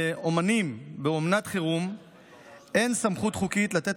לאומנים באומנת חירום אין סמכות חוקית לתת